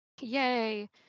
Yay